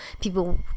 People